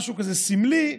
משהו סמלי,